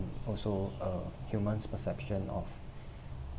also a human's perception of